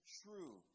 true